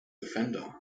defender